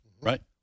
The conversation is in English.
Right